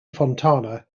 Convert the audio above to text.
fontana